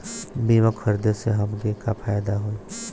बीमा खरीदे से हमके का फायदा होई?